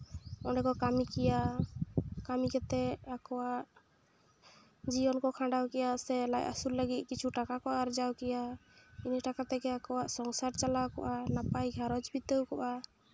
ᱚᱸᱰᱮ ᱠᱚ ᱠᱟᱹᱢᱤ ᱠᱮᱭᱟ ᱠᱟᱹᱢᱤ ᱠᱟᱛᱮ ᱟᱠᱚᱣᱟᱜ ᱡᱤᱭᱚᱱ ᱠᱚ ᱠᱷᱟᱱᱰᱟᱣ ᱠᱮᱭᱟ ᱥᱮ ᱞᱟᱡ ᱟᱹᱥᱩᱞ ᱞᱟᱹᱜᱤᱫ ᱠᱤᱪᱷᱩ ᱴᱟᱠᱟ ᱠᱚ ᱟᱨᱡᱟᱣ ᱠᱮᱭᱟ ᱤᱱᱟᱹ ᱴᱟᱠᱟ ᱛᱮᱜᱮ ᱟᱠᱚᱣᱟᱜ ᱥᱚᱝᱥᱟᱨ ᱪᱟᱞᱟᱣ ᱠᱚᱜᱼᱟ ᱱᱟᱯᱟᱭ ᱜᱷᱟᱨᱸᱡᱽ ᱵᱤᱛᱟᱹᱣ ᱠᱚᱜᱼᱟ